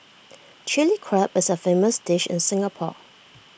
Chilli Crab is A famous dish in Singapore